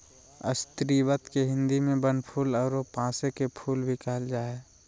स्रीवत के हिंदी में बनफूल आरो पांसे के फुल भी कहल जा हइ